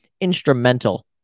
instrumental